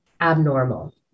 abnormal